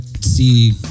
see